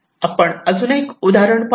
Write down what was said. आपण अजून एक उदाहरण पाहू